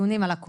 לונג